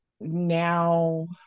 now